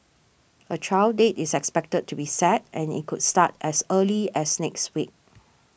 a trial date is expected to be set and it could start as early as next week